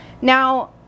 now